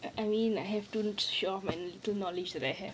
i~ I mean I have to show off my true knowledge that I have